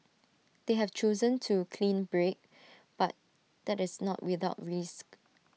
they have chosen to clean break but that is not without risk